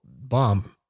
bomb